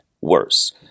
worse